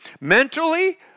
mentally